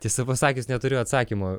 tiesą pasakius neturiu atsakymo